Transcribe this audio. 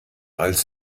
als